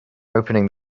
opening